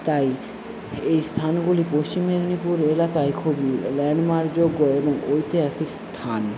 তাই এই স্থানগুলি পশ্চিম মেদিনীপুর এলাকায় খুব ল্যান্ডমার্কযোগ্য এবং ঐতিহাসিক স্থান